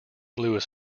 louis